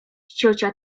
ciocia